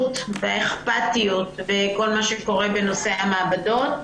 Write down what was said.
והאכפתיות בכל מה שקורה בנושא המעבדות.